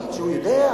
יגיד שהוא יודע?